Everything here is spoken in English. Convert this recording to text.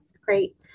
great